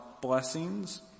blessings